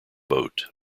boat